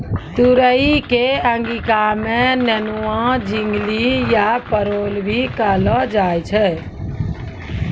तुरई कॅ अंगिका मॅ नेनुआ, झिंगली या परोल भी कहलो जाय छै